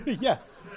Yes